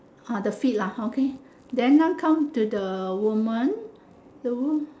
ah the feet lah okay then now come to the woman the woman